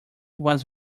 was